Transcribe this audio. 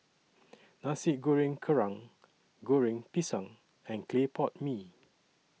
Nasi Goreng Kerang Goreng Pisang and Clay Pot Mee